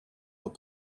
were